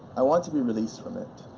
i want to be released from it.